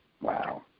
Wow